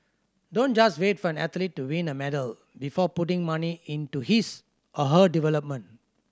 don't just wait for an athlete to win a medal before putting money into his or her development